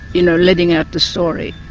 you know, letting out the story.